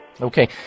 Okay